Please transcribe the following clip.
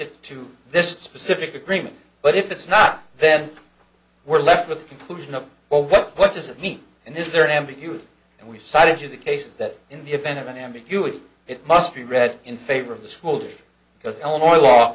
it to this specific agreement but if it's not then we're left with the conclusion of all that what does it mean and is there an ambiguity and we cited to the case that in the event of an ambiguity it must be read in favor of the school because illinois law